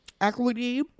Equity